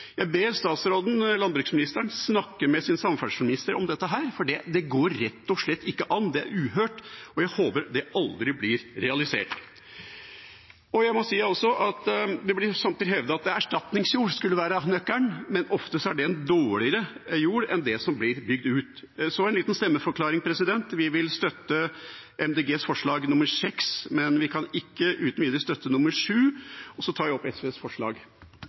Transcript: Jeg ber statsråden, landbruksministeren, snakke med samferdselsministeren om dette, for det går rett og slett ikke an. Det er uhørt, og jeg håper det aldri blir realisert. Det blir noen ganger hevdet at erstatningsjord skal være nøkkelen, men det er ofte dårligere jord enn den som blir bygd ut. Så en liten stemmeforklaring: Vi vil støtte Miljøpartiet De Grønnes forslag nr. 6, men kan ikke uten videre støtte nr. 7. Jeg tar opp SVs forslag.